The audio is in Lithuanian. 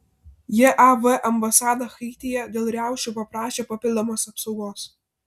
jav ambasada haityje dėl riaušių paprašė papildomos apsaugos